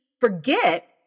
forget